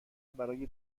برای